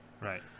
Right